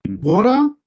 Water